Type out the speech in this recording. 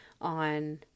on